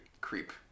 creep